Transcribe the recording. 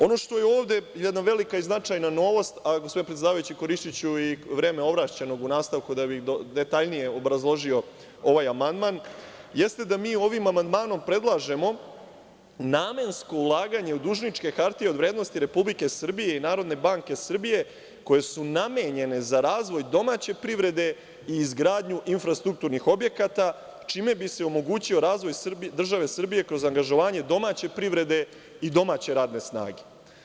Ono što je ovde jedna velika i značajna novost, gospodine predsedavajući, koristiću i vreme ovlašćenog u nastavku, da bih detaljnije obrazložio ovaj amandman, jeste da mi ovim amandmanom predlažemo namensko ulaganje u dužničke hartije od vrednosti Republike Srbije i Narodne banke Srbije koje su namenjene za razvoj domaće privrede i izgradnju infrastrukturnih objekata, čime bi se omogućio razvoj države Srbije kroz angažovanje domaće privrede i domaće radne snage.